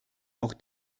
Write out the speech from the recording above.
auch